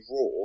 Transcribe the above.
Raw